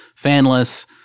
fanless